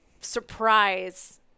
surprise